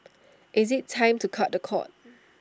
is IT time to cut the cord